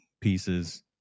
pieces